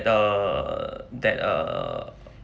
err that err